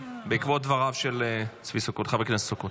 בעקבות דבריו של חבר הכנסת צבי סוכות.